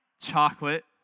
Chocolate